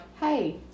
hey